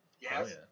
Yes